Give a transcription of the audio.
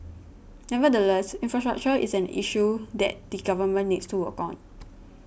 nevertheless infrastructure is an issue that the government needs to work on